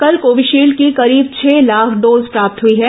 कल कोविशील्ड की करीब छह लाख डोज प्राप्त हुई है